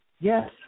Yes